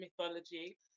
mythology